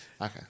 Okay